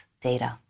data